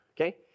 Okay